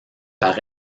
par